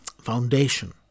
foundation